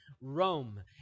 Rome